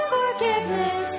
forgiveness